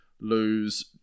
lose